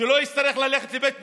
שלא יצטרך ללכת לבית משפט.